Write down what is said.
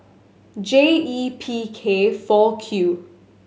J E P K four Q